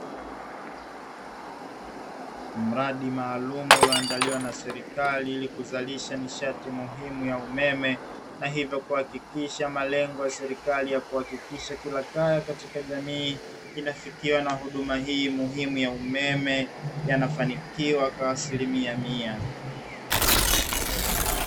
Mradi maalumu ulioandaliwa na serikali ili kuzalisha nishati muhimu ya umeme, na hivyo kuhakikisha malengo ya serikali ya kuhakikisha kila kaya katika jamii inafikiwa na huduma hii muhimu ya umeme yanafanikiwa kwa asilimia mia.